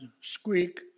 squeak